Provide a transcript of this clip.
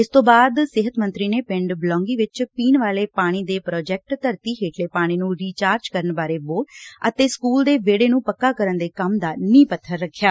ਇਸ ਤੋ ਬਾਅਦ ਸਿਹਤ ਮੰਤਰੀ ਨੇ ਪਿੰਡ ਬਲੌਗੀ ਵਿੱਚ ਪੀਣ ਵਾਲੇ ਪਾਣੀ ਦੇ ਪਾਜੈਕਟ ਧਰਤੀ ਹੇਠਲੇ ਪਾਣੀ ਨੰ ਰਿਚਾਰਜ ਕਰਨ ਵਾਲੇ ਬੋਰ ਅਤੇ ਸਕੁਲ ਦੇ ਵਿਹੜੇ ਨੂੰ ਪੱਕਾ ਕਰਨ ਦੇ ਕੰਮ ਦਾ ਨੀਹ ਪੱਬਰ ਰੱਖਿਆ